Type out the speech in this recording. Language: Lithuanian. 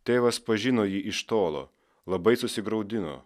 tėvas pažino jį iš tolo labai susigraudino